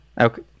Okay